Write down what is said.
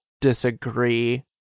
disagree